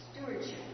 stewardship